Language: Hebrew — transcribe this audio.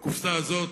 בקופסה הזאת